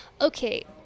Okay